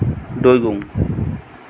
দৈবুং